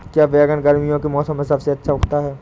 क्या बैगन गर्मियों के मौसम में सबसे अच्छा उगता है?